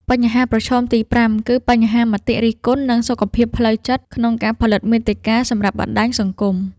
បញ្ហាប្រឈមទី៥ គឺបញ្ហាមតិរិះគន់ និងសុខភាពផ្លូវចិត្តក្នុងការផលិតមាតិកាសម្រាប់បណ្ដាញសង្គម។